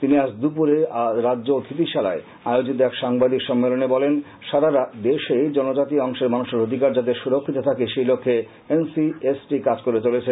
তিনি আজ দুপুরে রাজ্য অতিথিশালায় আয়োজিত এক সাংবাদিক সম্মেলনে বলেন সারা দেশেই জনজাতি অংশের মানুষের অধিকার যাতে সুরক্ষিত থাকে সেই লক্ষ্যে এন সি এস টি কাজ করে চলছে